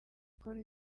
ikora